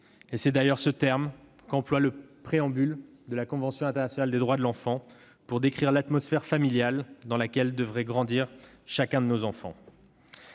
C'est d'ailleurs ce terme qu'emploie le préambule de la Convention internationale des droits de l'enfant pour décrire l'atmosphère familiale dans laquelle devrait grandir chacun de nos enfants.